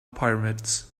pyramids